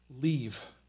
leave